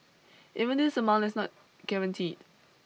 even this amount is not guaranteed